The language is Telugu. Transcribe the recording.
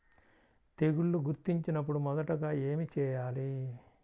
తెగుళ్లు గుర్తించినపుడు మొదటిగా ఏమి చేయాలి?